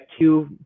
two